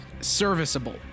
Serviceable